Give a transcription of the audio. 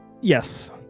Yes